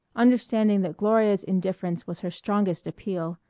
understanding that gloria's indifference was her strongest appeal,